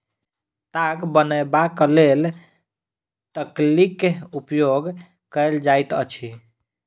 ताग बनयबाक लेल तकलीक उपयोग कयल जाइत अछि